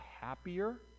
happier